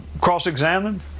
cross-examined